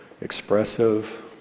expressive